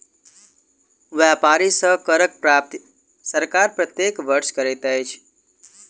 व्यापारी सॅ करक प्राप्ति सरकार प्रत्येक वर्ष करैत अछि